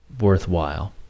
worthwhile